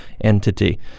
entity